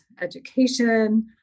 education